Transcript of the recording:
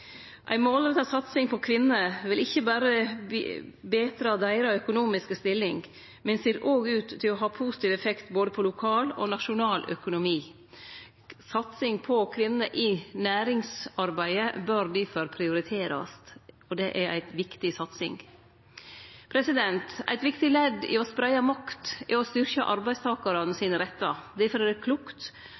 Ei målretta satsing på kvinner vil ikkje berre betre den økonomiske stillinga deira, men ser òg ut til å ha positiv effekt på både lokal og nasjonal økonomi. Satsing på kvinner i næringsarbeidet bør difor prioriterast. Det er ei viktig satsing. Eit viktig ledd i å spreie makt er å styrkje arbeidstakarane sine rettar. Difor er det klokt